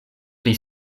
pri